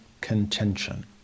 contention